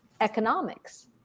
economics